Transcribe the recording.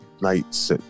nights